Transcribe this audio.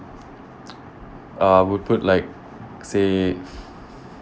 uh I would put like say